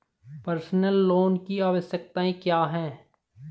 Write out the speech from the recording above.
Personal loan की आवश्यकताएं क्या हैं?